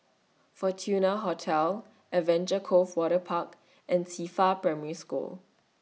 Fortuna Hotel Adventure Cove Waterpark and Qifa Primary School